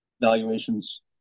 valuations